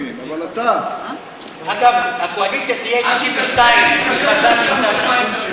אבל אתה, אגב, הקואליציה תהיה 62, כי חזן נמצא שם.